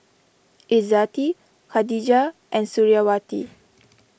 Izzati Khadija and Suriawati